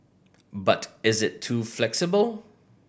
but is it too flexible